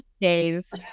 days